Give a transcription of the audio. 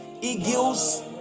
eagles